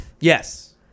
Yes